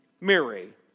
Mary